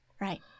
Right